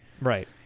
Right